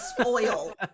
spoil